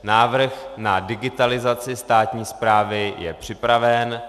Návrh na digitalizaci státní správy je připraven.